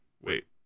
Wait